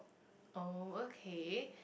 oh okay